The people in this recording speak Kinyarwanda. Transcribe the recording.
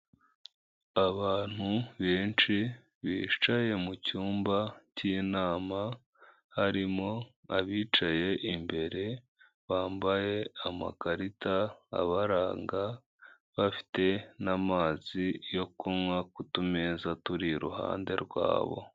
Abantu benshi bicaye mu cyumba cy'inama harimo abicaye imbere bambaye amakarita abaranga bafite n'amazi yo kunywa ku tumeza turi iruhande rwabo.